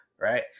right